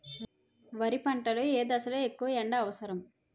వరి పంట లో ఏ దశ లొ ఎక్కువ ఎండా అవసరం?